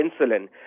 insulin